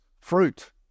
fruit